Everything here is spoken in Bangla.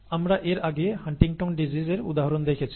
আমরা এর আগে হান্টিংটন ডিজিজ Huntington's disease এর উদাহরণ দেখেছি